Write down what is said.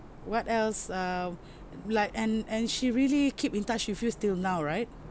what else err like and and she really keep in touch with you still now right